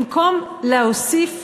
במקום להוסיף,